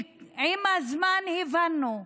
ועם הזמן הבנו: